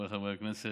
חבריי חברי הכנסת,